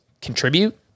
contribute